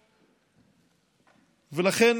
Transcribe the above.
לכן,